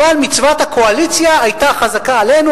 אבל מצוות הקואליציה היתה חזקה עלינו.